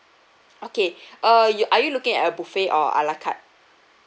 okay uh you are you looking at a buffet or a la carte